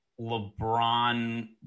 LeBron